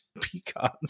pecans